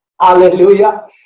Hallelujah